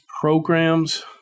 programs